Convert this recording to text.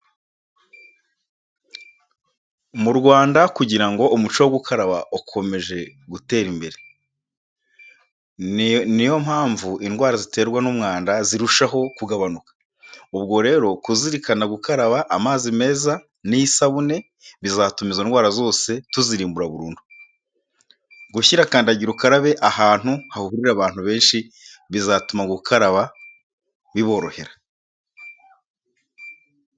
Mu Rwanda kugira umuco wo gukaraba ukomeje gutera imbere. Ni yo mpamvu indwara ziterwa n'umwanda zirushaho kugabanuka. Ubwo rero kuzirikana gukaraba amazi meza n'isabune bizatuma izo ndwara zose tuzirimbura burundu. Gushyira kandagira ukarabe ahantu hahurira abantu benshi bizatuma gukaraba biborohera.